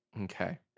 Okay